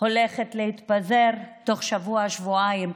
הולכת להתפזר בתוך שבוע-שבועיים,